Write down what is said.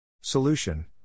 Solution